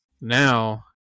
now